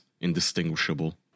indistinguishable